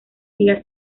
día